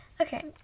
Okay